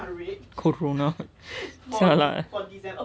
corona rate [sial] ah